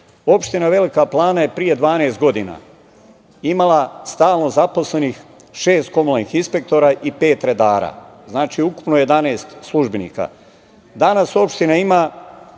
Opština Velika Plana je pre 12 godina imala stalno zaposlenih šest komunalnih inspektora i pet redara, znači ukupno 11 službenika. Danas, opština ima